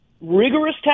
rigorous